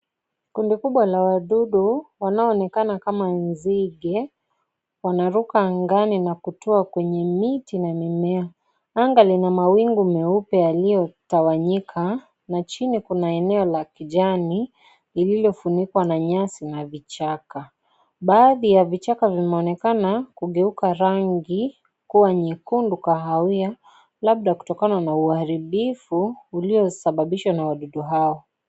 Kundi kubwa la wadudu wanaoonekana kama nzige wanaruka angani na kutua kwenye miti na mimea. Anga Lina mawingu meupe yaliyotawanyika na chini kuna eneo la kijani lililofunikwa na nyasi na vichaka. Baadhi ya vichaka vimeonekana kukeuga rangi kuwa nyekundu kahawia labda kutokana na uharibifu uliosababishwa na wadudu hawa.